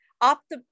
opt